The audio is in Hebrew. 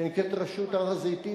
שנקראת "רשות הר-הזיתים",